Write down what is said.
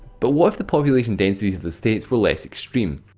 but what if the population densities of the states were less extreme.